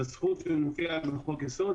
זו זכות שמופיעה בחוק יסוד,